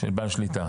בעל שליטה.